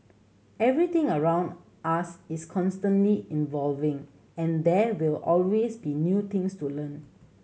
everything around us is constantly evolving and there will always be new things to learn